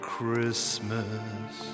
Christmas